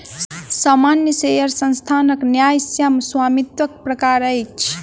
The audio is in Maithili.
सामान्य शेयर संस्थानक न्यायसम्य स्वामित्वक प्रकार अछि